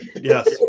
Yes